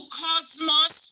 cosmos